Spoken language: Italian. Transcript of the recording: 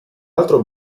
altro